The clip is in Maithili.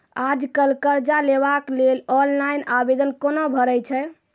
आज कल कर्ज लेवाक लेल ऑनलाइन आवेदन कूना भरै छै?